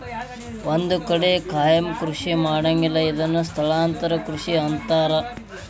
ಒಂದ ಕಡೆ ಕಾಯಮ ಕೃಷಿ ಮಾಡಂಗಿಲ್ಲಾ ಇದನ್ನ ಸ್ಥಳಾಂತರ ಕೃಷಿ ಅಂತಾರ